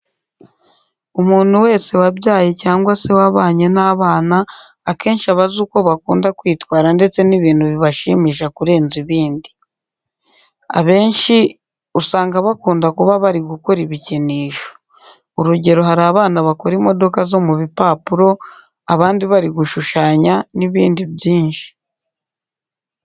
Umuntu wese wabyaye cyangwa se wabanye n'abana, akenshi aba azi uko bakunda kwitwara ndetse n'ibintu bibashimisha kurenza ibindi. Abenshi uzanga bakunda kuba bari gukora ibikinisho. Urugero: hari ababa bakora imodoka zo mu bipapuro, abandi bari gushushanya, n'ibindi byinshi.